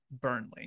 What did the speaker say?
burnley